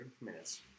minutes